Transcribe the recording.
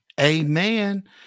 Amen